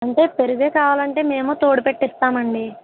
అంటే పెరుగే కావాలంటే మేమూ తోడు పెట్టి ఇస్తామండి